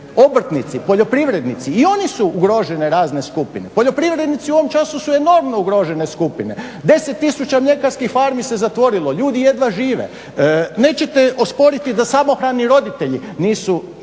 obrtnici, poljoprivrednici i oni su ugrožene razne skupine. Poljoprivrednici u ovom času su enormno ugrožene skupine, 10 tisuća mljekarskih farmi se zatvorilo, ljudi jedva žive, nećete osporiti da samohrani roditelji nisu